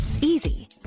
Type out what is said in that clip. easy